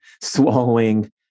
swallowing